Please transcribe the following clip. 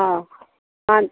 ꯑꯥ